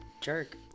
jerk